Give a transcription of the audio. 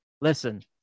listen